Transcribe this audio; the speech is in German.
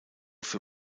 für